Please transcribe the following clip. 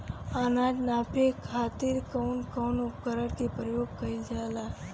अनाज नापे खातीर कउन कउन उपकरण के प्रयोग कइल जाला?